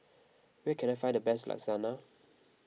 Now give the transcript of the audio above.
where can I find the best Lasagna